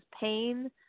pain